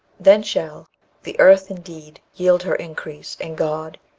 then shall the earth indeed yield her increase, and god,